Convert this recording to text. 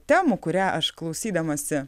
temų kurią aš klausydamasi